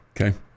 Okay